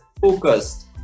focus